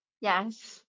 Yes